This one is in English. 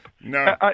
No